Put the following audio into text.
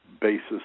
basis